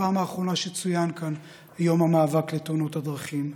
הפעם האחרונה שבה צוין כאן יום המאבק בתאונות הדרכים.